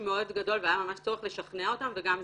מאוד גדול והיה ממש צורך לשכנע אותן וגם זה,